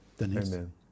Amen